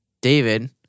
David